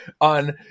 on